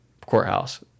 courthouse